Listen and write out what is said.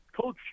coach